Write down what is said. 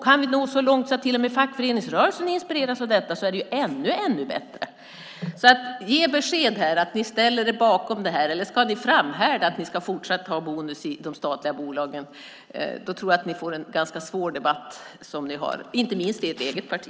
Kan vi nå så långt att till och med fackföreningsrörelsen inspireras av detta är det ännu bättre. Ge besked att ni ställer bakom detta! Eller ska ni framhärda i att ni fortsatt ska ha bonus i de statliga bolagen? Då tror jag att ni får en ganska tuff debatt, inte minst i ert eget parti.